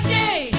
day